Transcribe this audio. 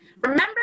remember